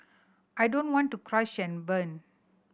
I don't want to crash and burn